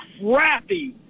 crappy